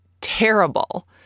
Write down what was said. terrible